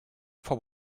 for